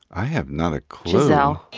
i have not a clue so